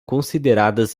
consideradas